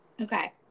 Okay